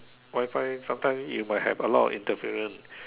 Wifi sometime you might have a lot of interference